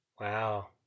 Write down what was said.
Wow